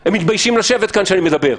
הם מתביישים לשבת כאן כשאני מדבר.